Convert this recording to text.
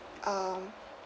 um